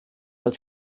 als